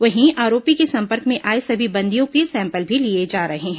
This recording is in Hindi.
वहीं आरोपी के संपर्क में आए सभी बंदियों के सैंपल भी लिए जा रहे हैं